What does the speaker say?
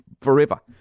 forever